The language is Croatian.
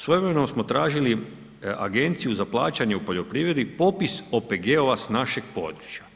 Svojevremeno smo tražili Agenciju za plaćanje u poljoprivredi popis OPG-ova s našeg područja.